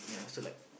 yeah so like